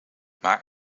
maar